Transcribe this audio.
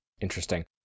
Interesting